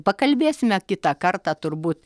pakalbėsime kitą kartą turbūt